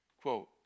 quote